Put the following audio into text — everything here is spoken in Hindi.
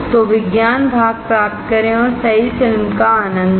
तो विज्ञान भाग प्राप्त करें और सही फिल्म का आनंद लें